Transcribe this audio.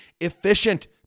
efficient